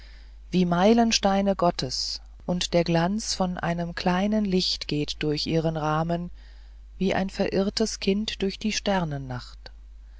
wie meilensteine gottes und der glanz von einem kleinen licht geht durch ihre rahmen wie ein verirrtes kind durch die